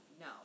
no